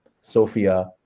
Sophia